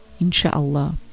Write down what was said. Insha'Allah